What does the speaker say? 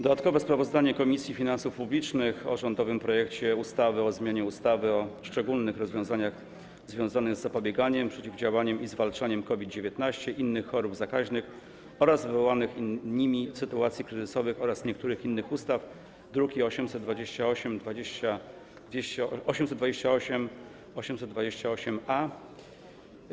Dodatkowe sprawozdanie Komisji Finansów Publicznych o rządowym projekcie ustawy o zmianie ustawy o szczególnych rozwiązaniach związanych z zapobieganiem, przeciwdziałaniem i zwalczaniem COVID-19, innych chorób zakaźnych oraz wywołanych nimi sytuacji kryzysowych oraz niektórych innych ustaw, druki nr 828 i 828-A.